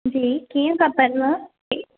जी कीअं खपनिव